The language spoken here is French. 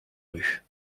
rues